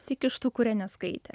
tik iš tų kurie neskaitė